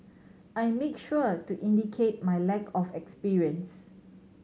I make sure to indicate my lack of experience